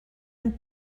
and